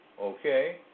okay